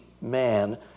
man